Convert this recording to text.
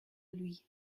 lui